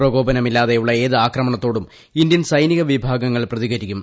പ്രകോപനമില്ലാതെയുള്ള ഏത് ആക്രമണത്തോടും ഇന്ത്യൻ സൈനിക വിഭാഗങ്ങൾ പ്രതികരിക്കും